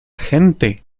gente